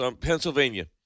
Pennsylvania